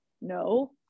no